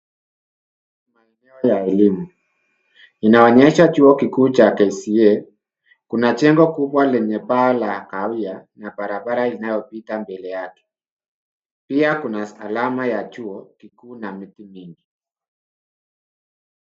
Maeneo ya elimu, inaonyesha chuo kikuu cha KCA. Kuna jengo kubwa lenye paa la kahawia na barabara inayopita mbele yake. Pia kuna stahalama ya chuo kikuu na miti mingi.